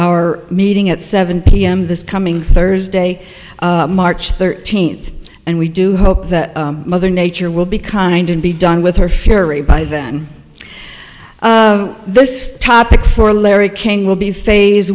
our meeting at seven p m this coming thursday march thirteenth and we do hope that mother nature will be kind and be done with her fury by then this topic for larry king will be phase